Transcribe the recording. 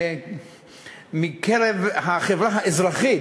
מקרב החברה האזרחית,